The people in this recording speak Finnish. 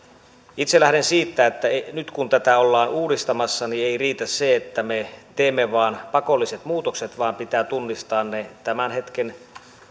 itse lähden siitä että nyt kun tätä ollaan uudistamassa niin ei riitä se että me teemme vain pakolliset muutokset vaan pitää tunnistaa ne tämän hetken